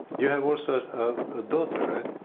you have also a daughter, right?